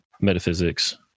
metaphysics